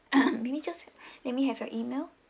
maybe just let me have your email